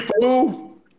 fool